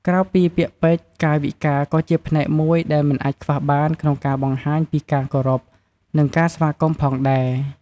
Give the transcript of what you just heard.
ក្រៅពីពាក្យពេចន៍ កាយវិការក៏ជាផ្នែកមួយដែលមិនអាចខ្វះបានក្នុងការបង្ហាញពីការគោរព និងការស្វាគមន៍ផងដែរ។